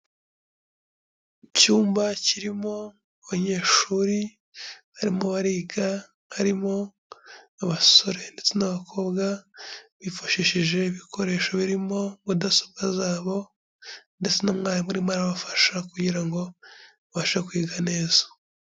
Icyumba kirimo abanyeshuri barimo bariga harimo abasore ndetse n'abakobwa, bifashishije ibikoresho birimo mudasobwa zabo ndetse na mwarimu urimo arabafasha kugira ngo babashe kwiga neza.